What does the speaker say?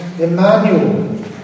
Emmanuel